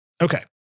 Okay